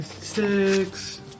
Six